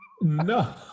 no